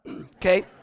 okay